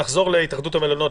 נחזור להתאחדות המלונות,